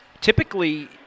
typically